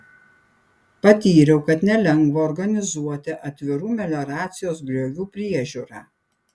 patyriau kad nelengva organizuoti atvirų melioracijos griovių priežiūrą